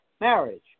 marriage